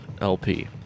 LP